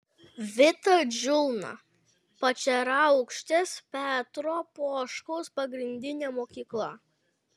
vita džiulna pačeriaukštės petro poškaus pagrindinė mokykla